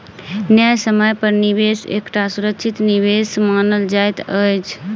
न्यायसम्य पर निवेश एकटा सुरक्षित निवेश मानल जाइत अछि